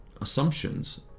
assumptions